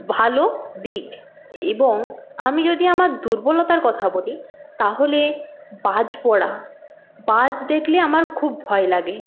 ভালো দিক এবং আমি যদি আমার দুর্বলতার কথা বলি তাহলে বাজ পড়া বাজ দেখলে আমার খুব ভয় লাগে